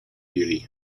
beauty